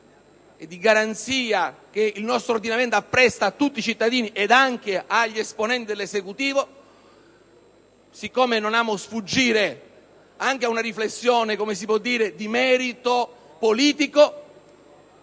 e di garanzia che il nostro ordinamento deve apprestare a tutti i cittadini, e anche agli esponenti dell'Esecutivo, mi consentirete - siccome non amo sfuggire anche a una riflessione di merito politico